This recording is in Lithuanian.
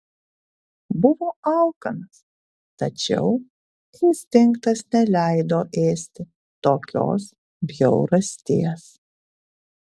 buvo alkanas tačiau instinktas neleido ėsti tokios bjaurasties